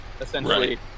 essentially